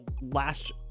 last